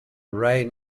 rain